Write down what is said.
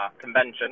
convention